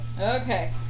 Okay